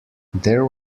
there